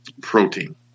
protein